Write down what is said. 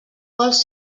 vols